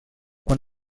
quan